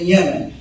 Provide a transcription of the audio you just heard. Yemen